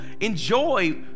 enjoy